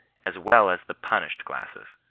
as well as the punished classes.